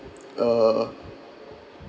uh